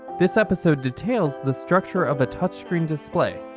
this episode details the structure of a touchscreen display.